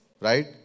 right